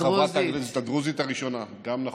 חברת הכנסת הדרוזית הראשונה, גם נכון.